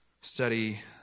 study